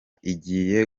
igiye